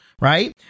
right